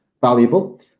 valuable